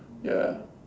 ya